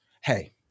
hey